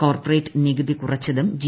corporate നികുതി കുറച്ചതും G